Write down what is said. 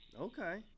Okay